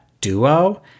Duo